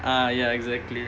ah ya exactly